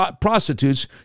prostitutes